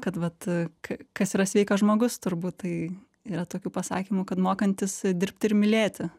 kad vat a ka kas yra sveikas žmogus turbūt tai yra tokių pasakymų kad mokantis dirbti ir mylėti